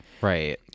right